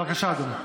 בבקשה, אדוני.